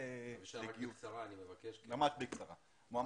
אנחנו מוצאים עוד בעיה שלא עלתה כאן.